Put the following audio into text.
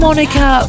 monica